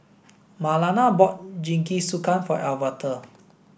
Marlana bought Jingisukan for Alverta